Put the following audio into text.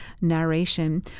narration